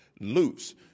loose